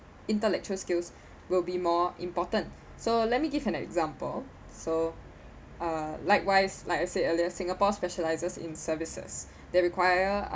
intellectual skills will be more important so let me give an example so uh likewise like I said earlier singapore specialises in services that require